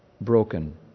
broken